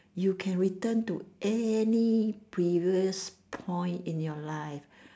you can return to any previous point in your life